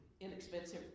inexpensive